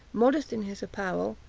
modest in his apparel,